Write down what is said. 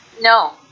no